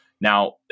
Now